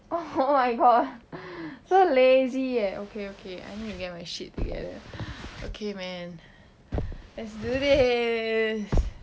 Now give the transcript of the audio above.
oh my god so lazy leh okay okay I need to get my shit together okay man let's do this